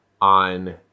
on